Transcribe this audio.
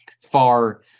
far